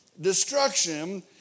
destruction